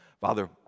Father